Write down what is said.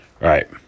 right